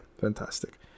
Fantastic